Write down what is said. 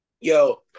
yo